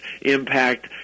impact